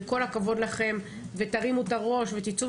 וכל הכבוד לכם ותרימו את הראש ותצאו